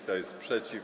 Kto jest przeciw?